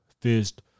fist